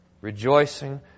rejoicing